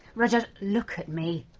rudyard, look at me.